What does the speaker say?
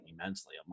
immensely